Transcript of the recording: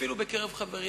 אפילו בקרב חברים.